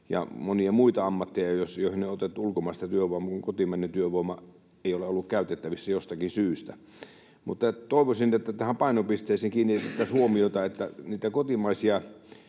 ja monia muita ammatteja, joihin on otettu ulkomaista työvoimaa, kun kotimainen työvoima ei ole ollut käytettävissä jostakin syystä. Mutta toivoisin, että tähän painopisteeseen kiinnitettäisiin huomiota, että niitä kotimaisia